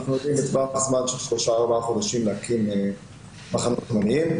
אנחנו יודעים בטווח זמן של שלושה-ארבעה חודשים להקים מחנות עולים.